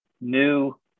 new